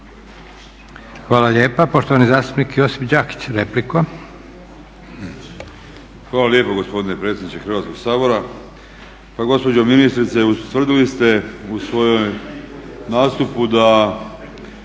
Hvala lijepa. Poštovani zastupnik Josip Đakić, replika. **Đakić, Josip (HDZ)** Hvala lijepa gospodine predsjedniče Hrvatskog sabora. Pa gospođo ministrice ustvrdili ste u svojem nastupu da